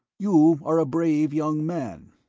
you are a brave young man.